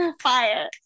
fire